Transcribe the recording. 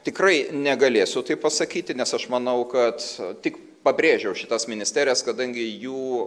tikrai negalėsiu taip pasakyti nes aš manau kad tik pabrėžiau šitas ministerijas kadangi jų